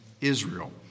Israel